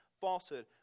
falsehood